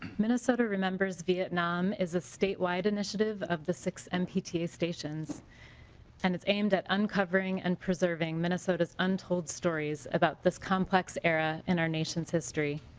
minnesota remembers vietnam is a statewide initiative of the six mta stations and is aimed at uncovering and preserving minnesota's untold story about this complex era in our nations history.